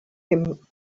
him